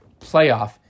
playoff